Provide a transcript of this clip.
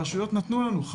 הרשויות נתנו לנו,